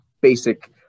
basic